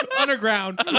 underground